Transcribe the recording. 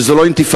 שזו לא אינתיפאדה.